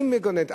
היא מגוננת.